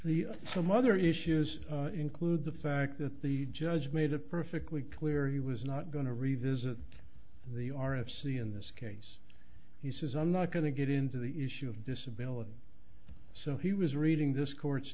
the some other issues include the fact that the judge made it perfectly clear he was not going to revisit the r f c in this case he says i'm not going to get into the issue of disability so he was reading this court's